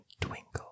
twinkle